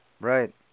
Right